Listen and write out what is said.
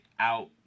out